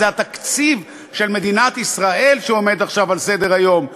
וזה התקציב של מדינת ישראל שעומד עכשיו על סדר-היום,